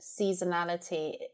seasonality